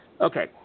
Okay